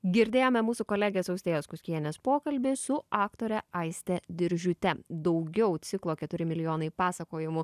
girdėjome mūsų kolegės austėjos kuskienės pokalbį su aktore aiste diržiūte daugiau ciklo keturi milijonai pasakojimų